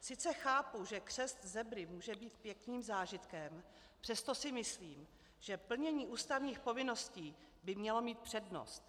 Sice chápu, že křest zebry může být pěkným zážitkem, přesto si myslím, že plnění ústavních povinností by mělo mít přednost.